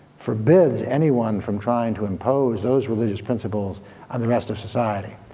forbids anyone from trying to impose those religious principles on the rest of society.